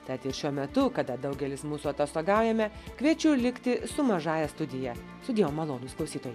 tad ir šiuo metu kada daugelis mūsų atostogaujame kviečiu likti su mažąja studija sudie malonūs klausytojai